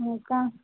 हो का